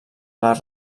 les